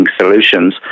solutions